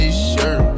T-shirt